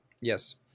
Yes